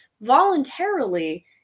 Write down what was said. voluntarily